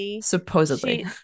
Supposedly